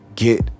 Get